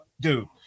dude